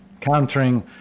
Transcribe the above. countering